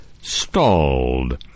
stalled